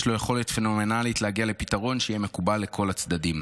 יש לו יכולת פנומנלית להגיע לפתרון שיהיה מקובל על כל הצדדים.